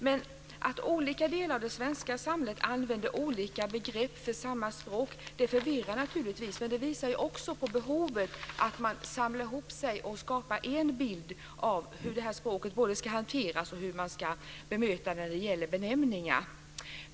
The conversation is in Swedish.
Men att olika delar av det svenska samhället använder olika begrepp för samma språk förvirrar naturligtvis, och det visar också på behovet att man samlar ihop sig och skapar en bild av hur det här språket ska hanteras och hur man ska bemöta det när det gäller benämningar.